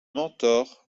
mentor